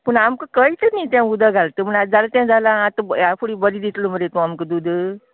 पूण आमकां कळटा नी ते उदक घालता म्हूण आता जालें तें जालां ह्यान फुडे बरें दितलो मरे आमकां तूं दूद